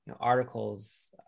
articles